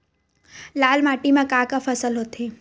लाल माटी म का का फसल होथे?